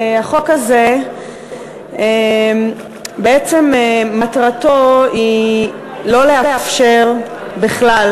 החוק הזה בעצם מטרתו היא לא לאפשר בכלל